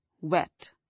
Wet